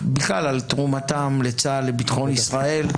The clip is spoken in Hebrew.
בכלל על תרומתם לצה"ל לביטחון ישראל,